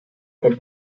con